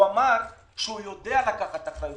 הוא אמר שהוא יודע לקחת אחריות.